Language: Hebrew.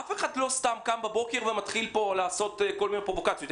אף אחד לא סתם קם בבוקר ומתחיל לעשות כל מיני פרובוקציות.